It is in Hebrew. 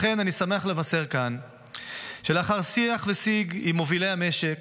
לכן אני שמח לבשר כאן שלאחר שיח וסיג עם מובילי המשק